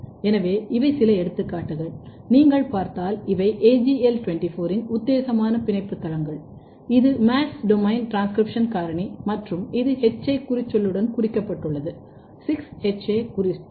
எனவே இவை சில எடுத்துக்காட்டுகள் நீங்கள் பார்த்தால் இவை AGL24 இன் உத்தேசமான பிணைப்பு தளங்கள் இது MADS domain டிரான்ஸ்கிரிப்ஷன் காரணி மற்றும் இது HA குறிச்சொல்லுடன் குறிக்கப்பட்டுள்ளது 6HA குறிச்சொல்